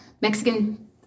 Mexican